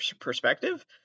perspective